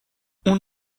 اون